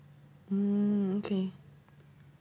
mm okay